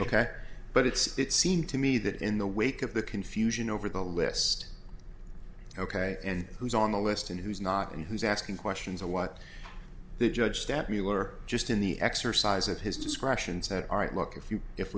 ok but it's it seemed to me that in the wake of the confusion over the list ok and who's on the list and who's not and who's asking questions of what the judge that mueller just in the exercise of his discretion said all right look if you if